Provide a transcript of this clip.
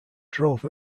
drove